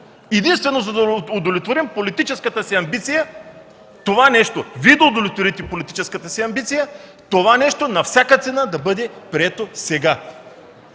единствено, за да удовлетворим политическата си амбиция, Вие да удовлетворите политическата си амбиция това нещо на всяка цена да бъде прието сега.